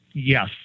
Yes